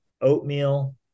oatmeal